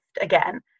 again